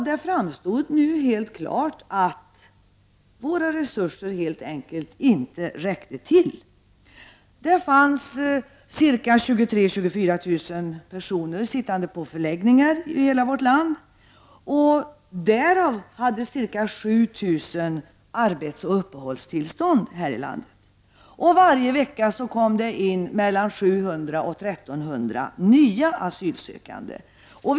Det framstod som helt klart att våra resurser helt enkelt inte räckte till. Det fanns 23 000 24 000 personer på förläggningar i olika delar av landet, därav hade ca 7 000 arbetsoch uppehäållstillstånd här i landet. Varje vecka kom mellan 700 och 1300 nya asylsökande hit.